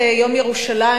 ביום ירושלים,